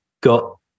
got